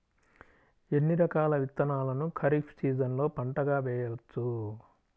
ఎన్ని రకాల విత్తనాలను ఖరీఫ్ సీజన్లో పంటగా వేయచ్చు?